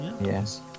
yes